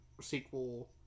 sequel